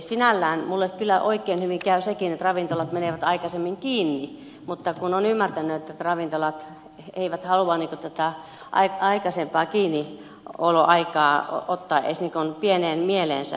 sinällään minulle kyllä oikein hyvin käy sekin että ravintolat menevät aikaisemmin kiinni mutta olen ymmärtänyt että ravintolat eivät halua niputetaan aikaa eikä sen pää tätä aikaisempaa kiinnioloaikaa edes ottaa pieneen mieleensä